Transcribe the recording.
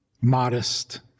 modest